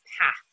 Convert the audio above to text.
path